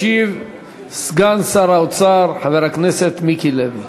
ישיב סגן שר האוצר, חבר הכנסת מיקי לוי.